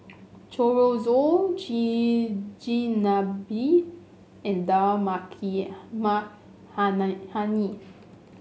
Chorizo Chigenabe and Dal Maki Makhanahani